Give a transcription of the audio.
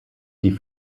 die